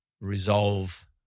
resolve